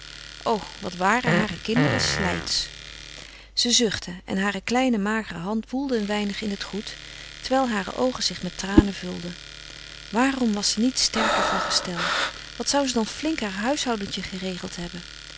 o wat waren hare kinderen slijtsch ze zuchtte en hare kleine magere hand woelde een weinig in het goed terwijl hare oogen zich met tranen vulden waarom was ze niet sterker van gestel wat zou ze dan flink haar huishoudentje geregeld hebben